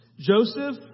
Joseph